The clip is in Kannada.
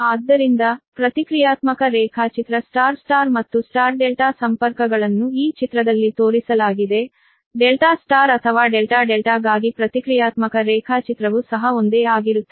ಆದ್ದರಿಂದ ಪ್ರತಿಕ್ರಿಯಾತ್ಮಕ ರೇಖಾಚಿತ್ರ Y Y ಮತ್ತು Y ∆ ಸಂಪರ್ಕಗಳನ್ನು ಈ ಚಿತ್ರದಲ್ಲಿ ತೋರಿಸಲಾಗಿದೆ ∆ Y ಅಥವಾ ∆∆ ಗಾಗಿ ಪ್ರತಿಕ್ರಿಯಾತ್ಮಕ ರೇಖಾಚಿತ್ರವು ಸಹ ಒಂದೇ ಆಗಿರುತ್ತದೆ